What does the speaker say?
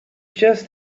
just